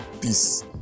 Peace